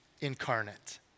incarnate